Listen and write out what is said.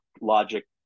logic